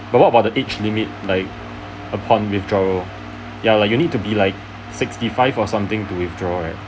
or what about the age limit like upon withdrawal ya like you need to be like sixty five or something to withdraw right